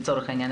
לצורך העניין.